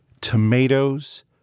tomatoes